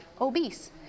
obese